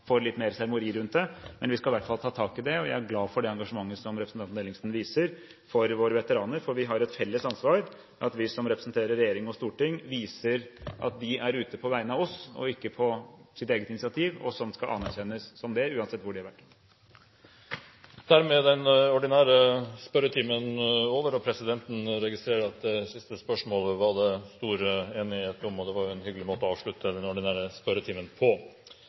får litt seremoni rundt det. Vi skal i hvert fall ta tak i det. Jeg er glad for det engasjementet som representanten Ellingsen viser for våre veteraner, for vi har et felles ansvar, at vi som representerer regjering og storting, viser at de er ute på vegne av oss og ikke på eget initiativ, og det skal anerkjennes som det, uansett hvor de har vært. Dermed er sak nr. 2 ferdigbehandlet. Presidenten registrerer at var det stor enighet om det siste spørsmålet, og det var en hyggelig måte å avslutte den ordinære spørretimen på.